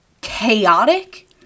chaotic